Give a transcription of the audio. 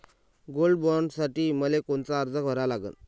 Gold बॉण्डसाठी मले कोनचा अर्ज भरा लागन?